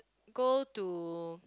go to